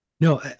No